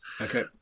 Okay